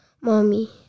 mommy